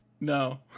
No